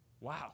Wow